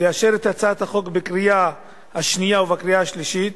לאשר את הצעת החוק בקריאה השנייה ובקריאה השלישית